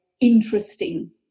interesting